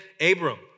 Abram